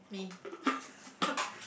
me